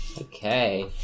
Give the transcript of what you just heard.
Okay